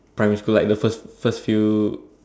primary school like the first first few